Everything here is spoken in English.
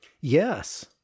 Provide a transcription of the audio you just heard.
yes